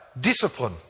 discipline